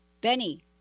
Benny